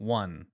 one